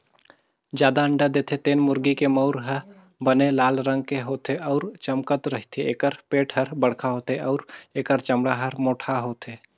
जादा अंडा देथे तेन मुरगी के मउर ह बने लाल रंग के होथे अउ चमकत रहिथे, एखर पेट हर बड़खा होथे अउ एखर चमड़ा हर मोटहा होथे